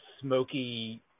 smoky